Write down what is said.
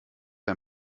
ein